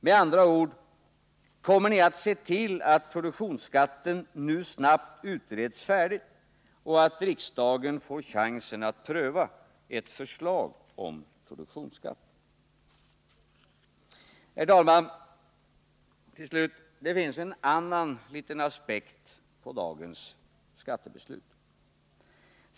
Med andra ord: Kommer ni att se till att produktionsskatten nu snabbt utreds färdigt och att riksdagen får chansen att pröva ett förslag om produktionsskatt? Till slut, herr talman! Det finns en annan liten aspekt på dagens skattebeslut.